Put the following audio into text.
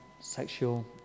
sexual